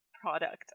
product